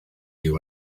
you